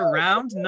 round